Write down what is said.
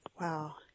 Wow